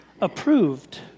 approved